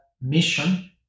mission